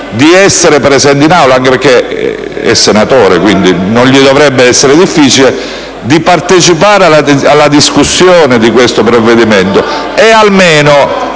di essere presente in Aula, anche perché è senatore e quindi non gli dovrebbe essere difficile, per partecipare alla discussione di questo provvedimento e, almeno